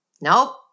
Nope